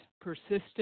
persistent